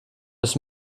des